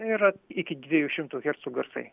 tai yra iki dviejų šimtų hercų garsai